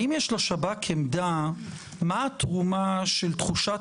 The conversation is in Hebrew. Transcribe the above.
האם יש לשב"כ עמדה מה התרומה של תחושת